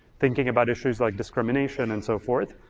thinking about issues like discrimination and so forth,